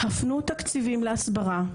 הפנו תקציבים להסברה,